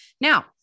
Now